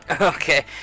Okay